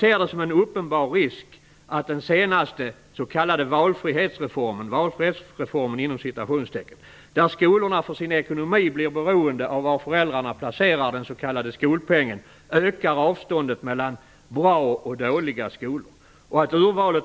Jag ser det som en uppenbar risk att den senaste ́valfrihetsreformen ́, där skolorna för sin ekonomi blir beroende av var föräldrarna placerar den s.k. skolpengen, ökar avståndet mellan ́bra ́ och dåliga skolor.